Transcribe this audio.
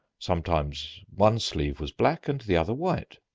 sometimes one sleeve was black and the other white,